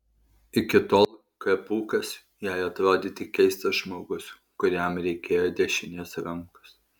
iki tol k pūkas jai atrodė tik keistas žmogus kuriam reikėjo dešinės rankos